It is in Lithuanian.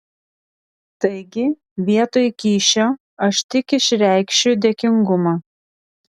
taigi vietoj kyšio aš tik išreikšiu dėkingumą